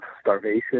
starvation